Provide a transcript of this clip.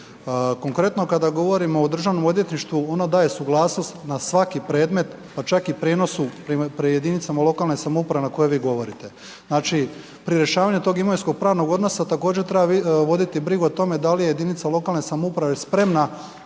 Konkretno, kada govorimo o državnom odvjetništvu ono daje suglasnost na svaki predmet, pa čak i prijenosu prema jedinicama lokalne samouprave na koje vi govorite. Znači, pri rješavanju tog imovinsko pravnog odnosa također treba voditi brigu o tome da li je jedinica lokalne samouprave spremna